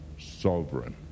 sovereign